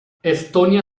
estonia